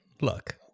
look